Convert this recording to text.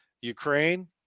Ukraine